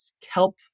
kelp